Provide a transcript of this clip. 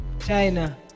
China